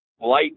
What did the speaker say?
Light